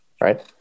right